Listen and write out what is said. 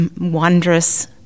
wondrous